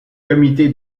comité